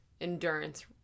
endurance